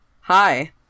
Hi